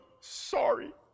sorry